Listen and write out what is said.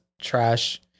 trash